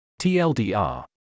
TLDR